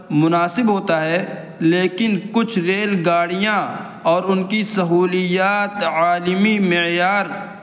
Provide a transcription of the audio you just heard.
مناسب ہوتا ہے لیکن کچھ ریل گاڑیاں اور ان کی سہولیات عالمی معیار